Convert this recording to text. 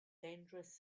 dangerous